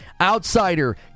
outsider